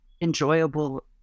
enjoyable